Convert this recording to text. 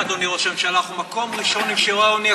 אנחנו מקום ראשון, חבר הכנסת איציק